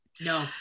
No